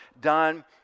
done